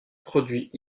produit